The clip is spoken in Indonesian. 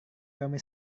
kami